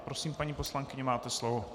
Prosím, paní poslankyně, máte slovo.